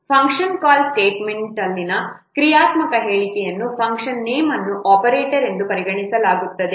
function call ಸ್ಟೇಟ್ಮೆಂಟ್ನಲ್ಲಿನ ಕ್ರಿಯಾತ್ಮಕ ಹೇಳಿಕೆಯಲ್ಲಿನ ಫಂಕ್ಷನ್ ನೇಮ್ ಅನ್ನು ಆಪರೇಟರ್ ಎಂದು ಪರಿಗಣಿಸಲಾಗುತ್ತದೆ